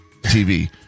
TV